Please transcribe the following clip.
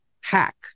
hack